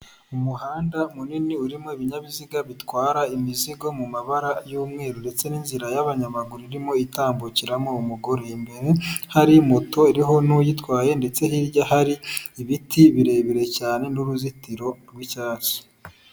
Umuhanda munini urimo ibinyabiziga bitwara imizigo mu mabara y'umweru ndetse n'inzira y'abanyamaguru irimo itambukiramo umugore. imbere hari moto iriho n'uyitwaye ndetse hirya hari ibiti birebire cyane n'uruzitiro rw'icyatsi.